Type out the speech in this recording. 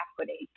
equity